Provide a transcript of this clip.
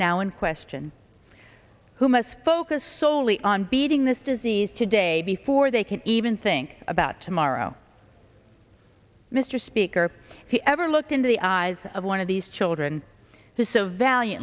now in question who must focus solely on beating this disease today before they can even think about tomorrow mr speaker he ever looked into the eyes of one of these children who so val